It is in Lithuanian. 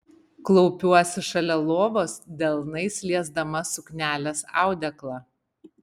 klaupiuosi šalia lovos delnais liesdama suknelės audeklą